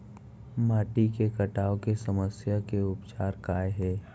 माटी के कटाव के समस्या के उपचार काय हे?